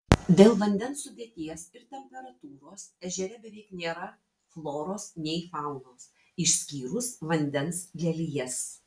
dėl vandens sudėties ir temperatūros ežere beveik nėra floros nei faunos išskyrus vandens lelijas